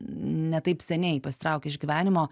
ne taip seniai pasitraukė iš gyvenimo